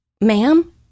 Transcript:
ma'am